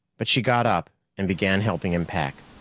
but she got up and began helping him pack.